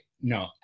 No